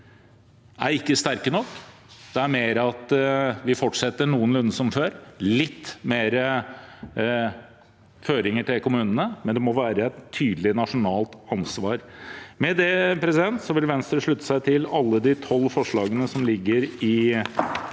er ikke sterke nok. De fortsetter noenlunde som før, med litt mer føringer til kommunene, men det må være et tydelig nasjonalt ansvar. Med dette vil Venstre slutte seg til alle de tolv forslagene som foreligger i